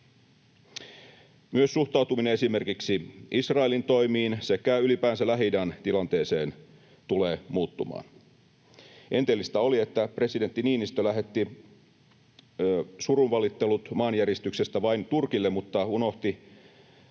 Myös suhtautuminen esimerkiksi Israelin toimiin sekä ylipäänsä Lähi-idän tilanteeseen tulee muuttumaan. Enteellistä oli, että presidentti Niinistö lähetti surunvalittelut maanjäristyksestä vain Turkille mutta unohti